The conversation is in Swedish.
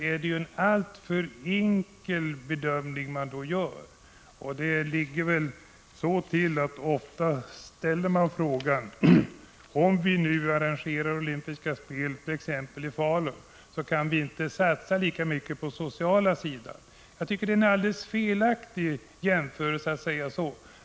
Man ställer sig ofta frågan om vi kan satsa lika mycket på det sociala området, om vi arrangerar olympiska spelit.ex. Falun. Jag tycker att det är alldeles fel att föra ett sådant resonemang.